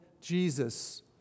Jesus